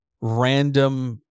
random